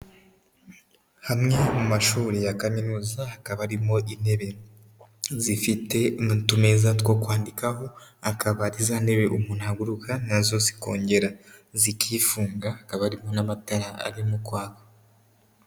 Hamwe mu mashuri ya kaminuza, hakaba harimo intebe zifite n'utumeza two kwandikaho, akaba ari za ntebe umuntu ahaguruka nazo zikongera zikifunga, hakaba harimo n'amatara arimo kwaka.